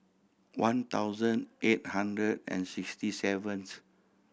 one thousand eight hundred and sixty seventh